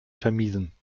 vermiesen